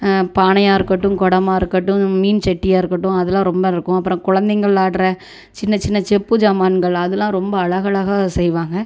பானையாக இருக்கட்டும் குடமா இருக்கட்டும் மீன் சட்டியாக இருக்கட்டும் அதெலாம் ரொம்ப இருக்கும் அப்புறம் குழந்தைங்கள் ஆடுற சின்ன சின்ன செப்பு சாமான்கள் அதெலாம் ரொம்ப அழகலகா செய்வாங்க